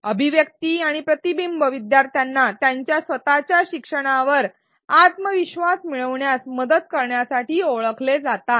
अभिव्यक्ती आणि प्रतिबिंब शिकणाऱ्यांना त्यांच्या स्वतच्या शिक्षणावर आत्मविश्वास मिळविण्यात मदत करण्यासाठी ओळखले जातात